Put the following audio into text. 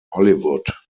hollywood